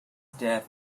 death